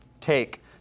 take